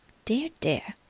dear, dear!